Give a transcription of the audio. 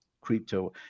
crypto